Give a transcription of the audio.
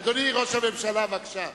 אדוני ראש הממשלה, בבקשה.